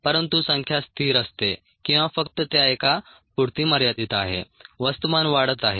परंतु संख्या स्थिर असते किंवा फक्त त्या एका पुरती मर्यादित आहे वस्तुमान वाढत आहे